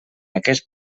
aquest